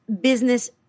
business